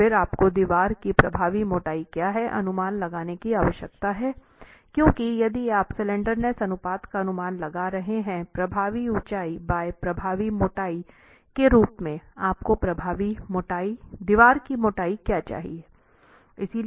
और फिर आपको दीवार की प्रभावी मोटाई क्या है अनुमान लगाने की आवश्यकता है क्योंकि यदि आप स्लैंडरनेस अनुपात का अनुमान लगा रहे हैं प्रभावी ऊंचाई बाय प्रभावी मोटाई के रूप में आपको प्रभावी दीवार की मोटाई क्या चाहिए